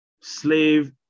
slave